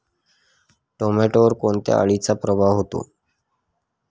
टोमॅटोवर कोणत्या अळीचा प्रादुर्भाव होतो?